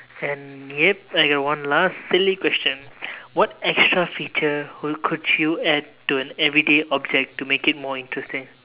and yup I got one last silly question what extra feature would could you add to an everyday object to make it more interesting